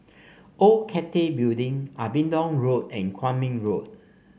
Old Cathay Building Abingdon Road and Kwong Min Road